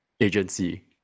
agency